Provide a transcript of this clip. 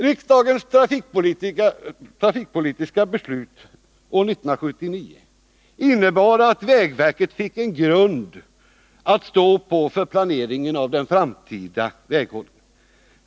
Riksdagens trafikpolitiska beslut år 1979 innebar att vägverket fick en grund att stå på för planeringen av den framtida väghållningen.